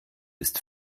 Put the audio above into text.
ist